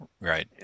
right